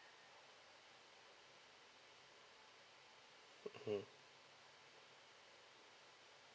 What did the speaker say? okay